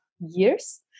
years